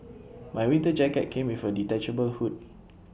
my winter jacket came with A detachable hood